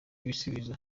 ibisubizo